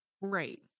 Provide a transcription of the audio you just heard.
Right